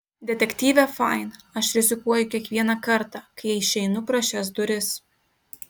detektyve fain aš rizikuoju kiekvieną kartą kai išeinu pro šias duris